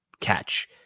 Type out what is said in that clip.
catch